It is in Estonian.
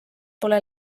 pole